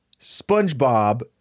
Spongebob